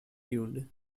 tuned